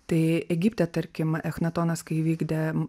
tai egipte tarkim echnatonas kai įvykdė